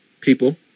people